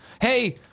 Hey